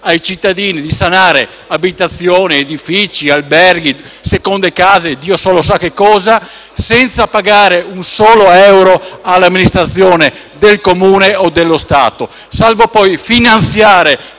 ai cit- tadini di sanare abitazioni, edifici, alberghi, seconde case e Dio solo sa che cosa, senza pagare un solo euro all’amministrazione del Comune o dello Stato, salvo poi finanziare